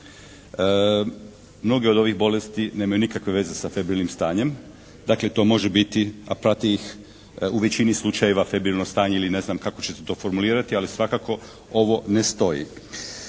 Mnogi od ovih bolesti nemaju nikakve veze sa febrilnim stanjem. Dakle to može biti, a prati ih u većini slučajeva febrilno stanje ili ne znam kako će se to formulirati ali svakako ovo ne stoji.